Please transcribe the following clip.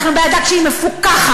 אנחנו בעדה כשהיא מפוקחת,